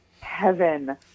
heaven